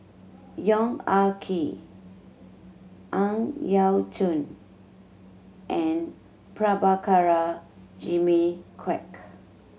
Yong Ah Kee Ang Yau Choon and Prabhakara Jimmy Quek